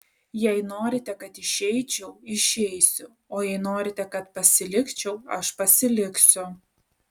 jei norite kad išeičiau išeisiu o jei norite kad pasilikčiau aš pasiliksiu